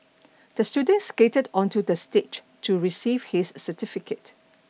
the student skated onto the stage to receive his certificate